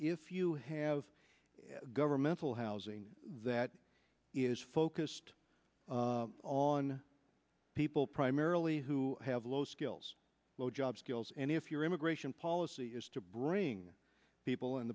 if you have governmental housing that is focused on people primarily who have low skills low job skills and if your immigration policy is to bring people in